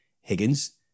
Higgins